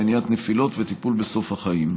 מניעת נפילות וטיפול בסוף החיים.